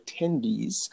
attendees